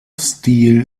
steel